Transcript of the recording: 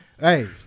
Hey